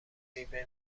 میوه